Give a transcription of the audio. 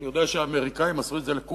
אני יודע שהאמריקנים עשו את זה לקובה,